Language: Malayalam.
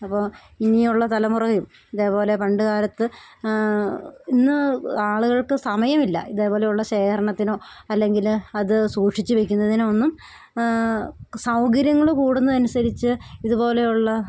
അപ്പോൾ ഇനിയുള്ള തലമുറയും ഇതേപോലെ പണ്ടു കാലത്ത് ഇന്ന് ആളുകൾക്ക് സമയമില്ല ഇതേപോലെയുള്ള ശേഖരണത്തിനോ അല്ലെങ്കിൽ അത് സൂക്ഷിച്ചു വെക്കുന്നതിനോ ഒന്നും സൗകര്യങ്ങൾ കൂടുന്നതനുസരിച്ച് ഇതുപോലെയുള്ള